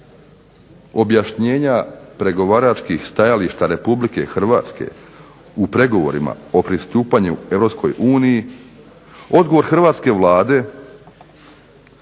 objašnjenja pregovaračkih stajališta Republike Hrvatske u pregovorima o pristupanju Europskoj uniji odgovor hrvatske Vlade,